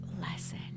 lesson